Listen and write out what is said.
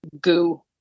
goo